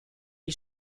gli